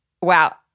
wow